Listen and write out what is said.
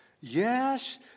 Yes